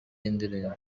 y’indirimbo